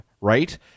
right